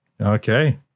Okay